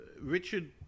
richard